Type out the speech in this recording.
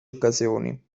occasioni